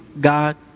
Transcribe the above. God